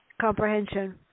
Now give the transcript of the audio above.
comprehension